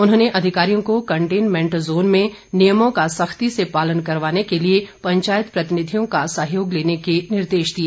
उन्होंने अधिकारियों को कंटेनमेंट जोन में नियमों का सख्ती से पालन करवाने के लिए पंचायत प्रतिनिधियों का सहयोग लेने के निर्देश दिए